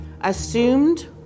assumed